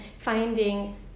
finding